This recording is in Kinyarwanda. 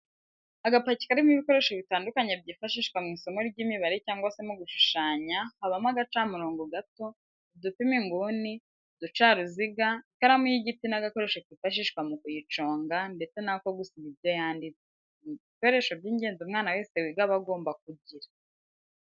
Agapaki karimo ibikoresho bitandukanye byifashishwa mu isomo ry'imibare cyangwa se mu gushushanya habamo agacamurongo gato, udupima inguni, uducaruziga, ikaramu y'igiti n'agakoresho kifashishwa mu kuyiconga ndetse n'ako gusiba ibyo yanditse, ni ibikoresho by'ingenzi umwana wese wiga aba agomba kugira.